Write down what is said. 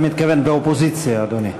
אתה מתכוון באופוזיציה, אדוני.